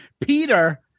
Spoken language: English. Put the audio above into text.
Peter